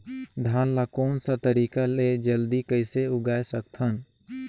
धान ला कोन सा तरीका ले जल्दी कइसे उगाय सकथन?